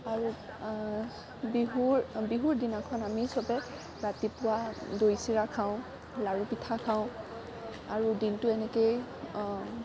আৰু বিহুৰ বিহুৰ দিনাখন আমি চবে ৰাতিপুৱা দৈ চিৰা খাওঁ লাড়ু পিঠা খাওঁ আৰু দিনটো এনেকৈয়ে